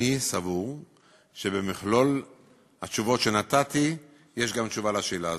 אני סבור שבמכלול התשובות שנתתי יש גם תשובה על השאלה הזאת.